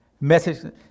message